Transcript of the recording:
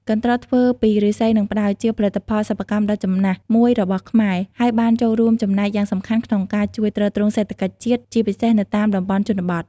កន្ត្រកធ្វើពីឫស្សី និងផ្តៅ ជាផលិតផលសិប្បកម្មដ៏ចំណាស់មួយរបស់ខ្មែរ ហើយបានចូលរួមចំណែកយ៉ាងសំខាន់ក្នុងការជួយទ្រទ្រង់សេដ្ឋកិច្ចជាតិ ជាពិសេសនៅតាមតំបន់ជនបទ។